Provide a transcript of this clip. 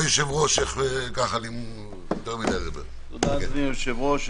תודה, אדוני היושב-ראש.